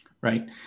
Right